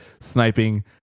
Sniping